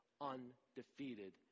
undefeated